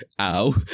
ow